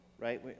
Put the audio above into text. right